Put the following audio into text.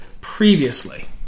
previously